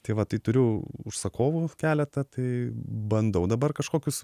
tai va tai turiu užsakovų keletą tai bandau dabar kažkokius